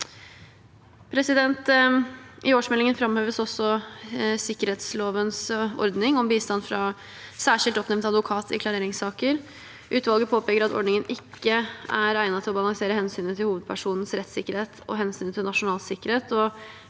I årsmeldingen framheves også sikkerhetslovens ordning om bistand fra særskilt oppnevnt advokat i klareringssaker. Utvalget påpeker at ordningen ikke er egnet til å balansere hensynet til hovedpersonens rettssikkerhet og hensynet til nasjonal sikkerhet,